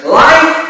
life